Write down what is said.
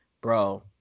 bro